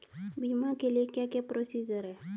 बीमा के लिए क्या क्या प्रोसीजर है?